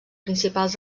principals